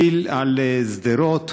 טיל על שדרות,